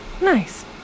Nice